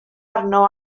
arno